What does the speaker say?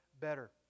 better